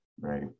Right